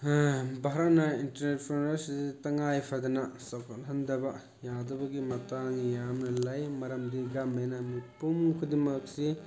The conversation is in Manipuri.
ꯚꯥꯔꯠꯅ ꯑꯦꯟꯇꯔꯄ꯭ꯔꯤꯅꯔꯁꯤ ꯇꯉꯥꯏꯐꯗꯅ ꯆꯥꯎꯈꯠꯍꯟꯗꯕ ꯌꯥꯗꯕꯒꯤ ꯃꯇꯥꯡ ꯌꯥꯝꯅ ꯂꯩ ꯃꯔꯝꯗꯤ ꯒꯕꯔꯃꯦꯟꯅ ꯃꯤꯄꯨꯝ ꯈꯨꯗꯤꯡꯃꯛꯁꯤ